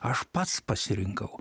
aš pats pasirinkau